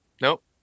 nope